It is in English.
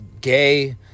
gay